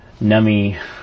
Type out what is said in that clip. nummy